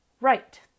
right